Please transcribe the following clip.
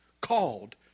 called